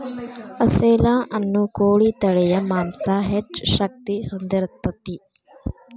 ಅಸೇಲ ಅನ್ನು ಕೋಳಿ ತಳಿಯ ಮಾಂಸಾ ಹೆಚ್ಚ ಶಕ್ತಿ ಹೊಂದಿರತತಿ